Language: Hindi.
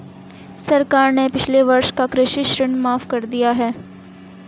सरकार ने पिछले वर्ष का कृषि ऋण माफ़ कर दिया है